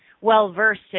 well-versed